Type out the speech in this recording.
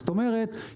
כלומר,